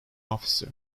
officer